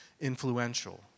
influential